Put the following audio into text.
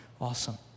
Awesome